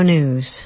News